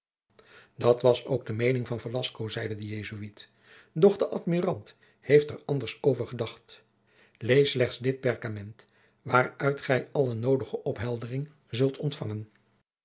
dat was ook de meening van velasco zeide de jesuit doch de admirant heeft er anders over gedacht lees slechts dit perkament waaruit gij alle noodige opheldering zult ontfangen